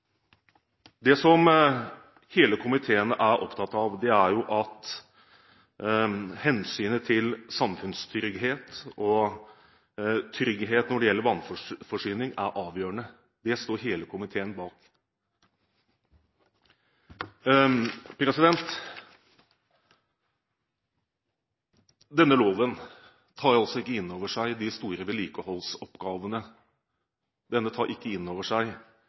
Det hele komiteen er opptatt av, er at hensynet til samfunnstrygghet og trygghet når det gjelder vannforsyning, er avgjørende. Det står hele komiteen bak. Denne loven tar altså ikke inn over seg de store vedlikeholdsoppgavene, den tar ikke inn over seg